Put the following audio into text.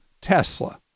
Tesla